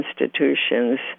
institutions